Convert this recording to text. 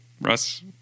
Russ